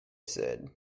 said